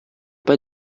pas